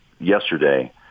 yesterday –